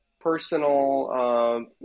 personal